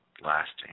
lasting